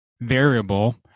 variable